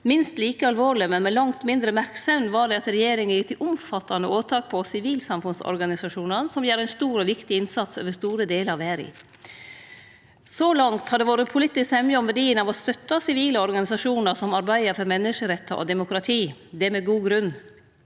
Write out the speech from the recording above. Minst like alvorleg, men med langt mindre merksemd var det at regjeringa gjekk til omfattande åtak på sivilsamfunnsorga nisasjonane som gjer ein stor og viktig innsats over store delar av verda. Så langt har det vore politisk semje om verdien av å støtte sivile organisasjonar som arbeider for menneskerettar og demokrati. Det er med god grunn.